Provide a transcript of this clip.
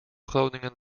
groningen